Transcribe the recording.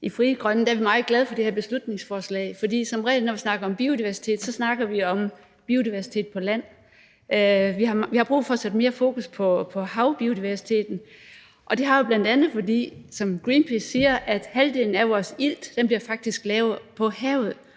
I Frie Grønne er vi meget glade for det her beslutningsforslag, for som regel, når vi snakker om biodiversitet, snakker vi om biodiversitet på land. Vi har brug for at sætte mere fokus på havbiodiversiteten, og det har vi, bl.a. fordi, som Greenpeace siger, halvdelen af vores ilt faktisk bliver lavet på havet.